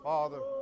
Father